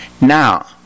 Now